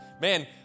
Man